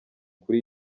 kuri